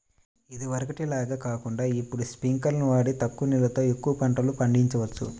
ఇదివరకటి లాగా కాకుండా ఇప్పుడు స్పింకర్లును వాడి తక్కువ నీళ్ళతో ఎక్కువ పంటలు పండిచొచ్చు